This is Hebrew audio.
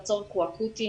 אבל הצורך הוא אקוטי.